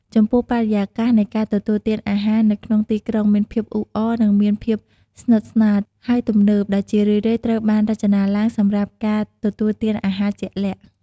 ចំពោះបរិយាកាសនៃការទទួលទានអាហារនៅក្នុងទីក្រុងមានភាពអ៊ូអរ និងមានភាពស្និទ្ធស្នាល ហើយទំនើប ដែលជារឿយៗត្រូវបានរចនាឡើងសម្រាប់ការទទួលទានអាហារជាក់លាក់។